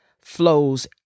flows